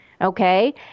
okay